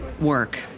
work